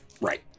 Right